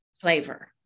flavor